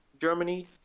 Germany